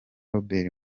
robert